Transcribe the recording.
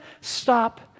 stop